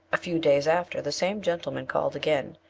a few days after the same gentleman called again,